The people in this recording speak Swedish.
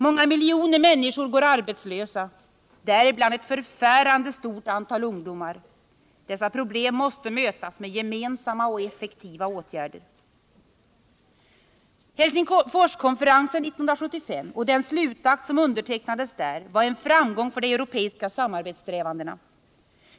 Många miljoner människor går arbetslösa, däribland ett förfärande stort antal ungdomar. Dessa problem måste mötas med gemensamma och effektiva åtgärder. Helsingforskonferensen 1975 och den slutakt som undertecknades där var en framgång för de europeiska samarbetssträvandena.